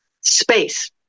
space